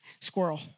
squirrel